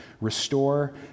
restore